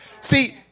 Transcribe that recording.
See